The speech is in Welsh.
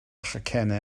chacennau